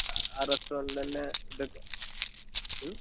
ആ റെസ്റ്റോറൻ്റ് തന്നെ ഇത്